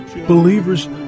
believers